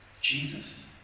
Jesus